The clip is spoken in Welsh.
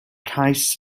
cais